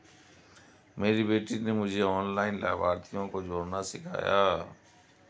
मेरी बेटी ने मुझे ऑनलाइन लाभार्थियों को जोड़ना सिखाया